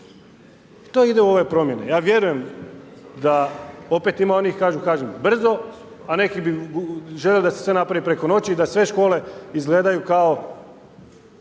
To ide u ove promjene. Ja vjerujem da opet ima onih kažem, brzo, a neki bi željeli da se sve napravi preko noći i da sve škole izgledaju ne